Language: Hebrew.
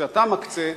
שאתה מקצה,